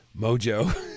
Mojo